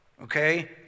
Okay